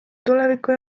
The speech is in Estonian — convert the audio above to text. tulevikku